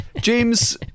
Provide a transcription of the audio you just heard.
James